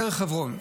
בדרך חברון,